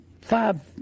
five